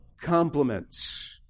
compliments